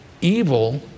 evil